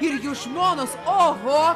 ir jų žmonos oho